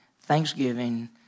thanksgiving